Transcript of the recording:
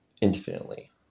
infinitely